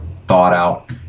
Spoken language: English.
thought-out